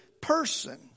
person